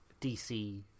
DC